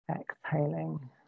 exhaling